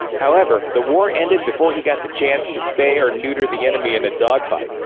however, the war ended before he got the chance to spay or neuter the enemy in a dogfight.